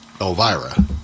Elvira